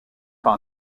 par